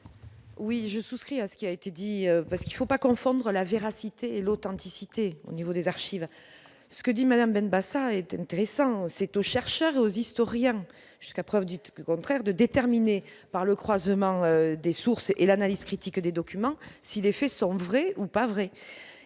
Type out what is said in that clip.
Oui, je souscris à ce qui a été dit, parce qu'il ne faut pas confondre la véracité et l'authenticité au niveau des archives, ce que dit Madame Benbassa est intéressant, c'est aux chercheurs et aux historiens, jusqu'à preuve du tout contraire de déterminer par le croisement des sources et l'analyse critique des documents si les faits sont vrais ou pas vrais,